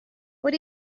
what